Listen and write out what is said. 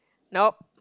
nope